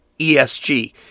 ESG